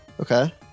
Okay